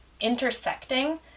intersecting